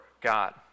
God